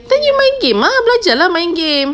kan you main game lah belajar lah main game